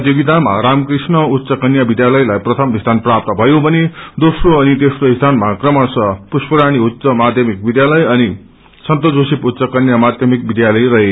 प्रतियोगितामा रामकृष्ण उच्च कन्या विध्यालयलाई प्रथम स्थान प्राप्त भयो भने दोम्रो अनि तेम्रो स्थानमा क्रमशः प्रष्पारानी उच्च माध्यमिक विध्यालय अनिससन्त जोसंफ उच्च कन्या माध्यमिक विध्यालय रहे